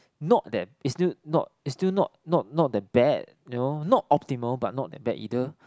not that it's still not it's still not not not that bad you know not optimal but not that bad either